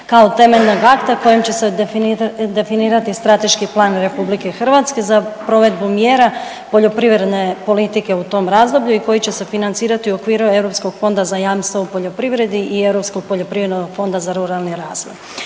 kao temeljnog akta kojim će se definirati strateški plan RH za provedbu mjera poljoprivredne politike u tom razdoblju i koji će se financirati u okviru Europskog fonda za jamstvo u poljoprivredi i Europskog poljoprivrednog fonda za ruralni razvoj.